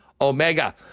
Omega